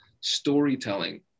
storytelling